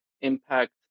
impact